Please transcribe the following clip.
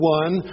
one